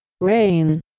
Rain